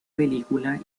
película